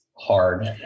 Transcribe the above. hard